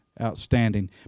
outstanding